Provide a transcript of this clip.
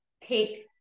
take